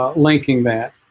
ah linking that